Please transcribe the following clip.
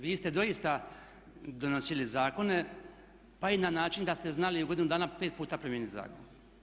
Vi ste doista donosili zakone pa i na način da ste znali u godinu dana 5 puta promijeniti zakon.